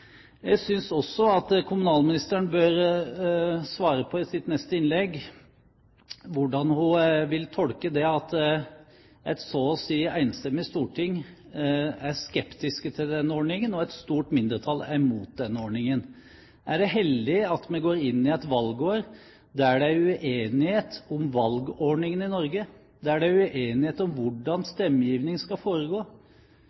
Jeg synes også at kommunalministeren i sitt innlegg bør svare på hvordan hun vil tolke det at et så å si enstemmig storting er skeptisk til ordningen, og et stort mindretall er imot denne ordningen. Er det heldig at vi går inn i et valgår der det er uenighet om valgordningen i Norge, og der det er uenighet om hvordan